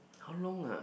how long ah